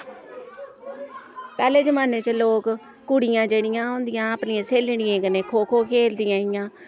पैह्ले जमाने च लोक कुड़ियां जेह्ड़ियां होंदियां हां अपनियें सैह्लड़ियें कन्नै खो खो खेलदियां हियां